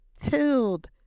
tilled